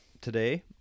Today